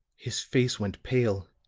his face went pale,